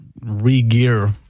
re-gear